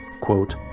Quote